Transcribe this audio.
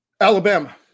Alabama